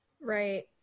Right